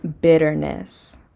bitterness